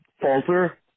falter